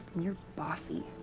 you're bossy.